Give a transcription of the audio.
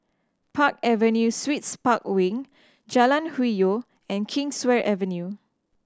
Park Avenue Suites Park Wing Jalan Hwi Yoh and Kingswear Avenue